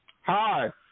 Hi